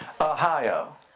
Ohio